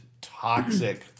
toxic